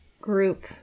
group